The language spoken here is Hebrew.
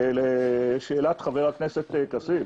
לשאלת חבר הכנסת כסיף,